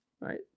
right